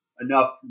enough